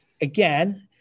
again